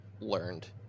learned